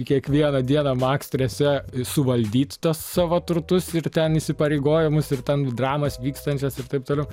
kiekvieną dieną maks strese suvaldyt tuos savo turtus ir ten įsipareigojimus ir ten dramas vykstančias ir taip toliau